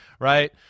right